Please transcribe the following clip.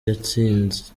yatsinze